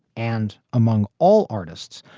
and among all artists,